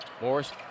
Morris